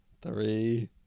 three